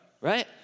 right